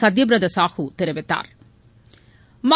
சத்ய பிரதா சாஹூ தெரிவித்தாா்